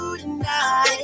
tonight